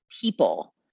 people